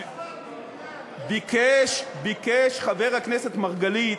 ביקש חבר הכנסת מרגלית,